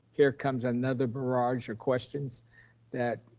here comes another barrage of questions that,